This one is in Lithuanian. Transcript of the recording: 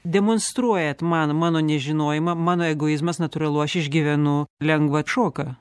demonstruojat man mano nežinojimą mano egoizmas natūralu aš išgyvenu lengvą šoką